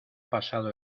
pasado